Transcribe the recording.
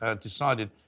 decided